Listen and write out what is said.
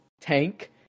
tank